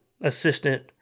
assistant